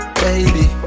baby